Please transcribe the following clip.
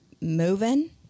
moving